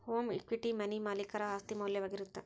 home equity money ಮಾಲೇಕರ ಆಸ್ತಿ ಮೌಲ್ಯವಾಗಿರತ್ತ